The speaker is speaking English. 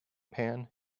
pan